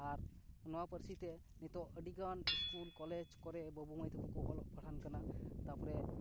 ᱟᱨ ᱱᱚᱶᱟ ᱯᱟᱹᱨᱥᱤ ᱛᱮ ᱱᱤᱛᱚᱜ ᱟᱹᱰᱤ ᱜᱟᱱ ᱤᱥᱠᱩᱞ ᱠᱚᱞᱮᱡ ᱠᱚᱨᱮ ᱵᱟᱹᱵᱩ ᱢᱟᱹᱭ ᱛᱟᱠᱚ ᱠᱚ ᱚᱞᱚᱜ ᱯᱟᱲᱦᱟᱜ ᱠᱟᱱᱟ ᱛᱟᱯᱚᱨᱮ